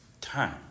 time